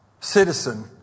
Citizen